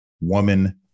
woman